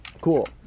Cool